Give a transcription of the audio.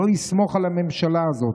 שלא יסמוך על הממשלה הזאת,